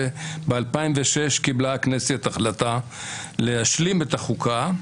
וב-2006 קיבלה הכנסת החלטה להשלים את החוקה.